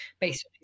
based